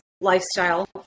lifestyle